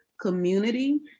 community